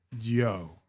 yo